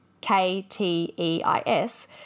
K-T-E-I-S